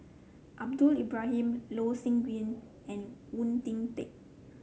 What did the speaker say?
Ahmad Ibrahim Loh Sin Yun and Oon Jin Teik